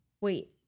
Wait